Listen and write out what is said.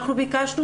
אנחנו ביקשנו